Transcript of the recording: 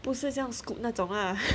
不是这样像 scoot 那种 lah